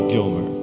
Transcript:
Gilmer